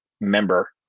member